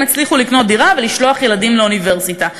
הצליחו לקנות דירה ולשלוח ילדים לאוניברסיטה.